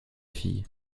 fille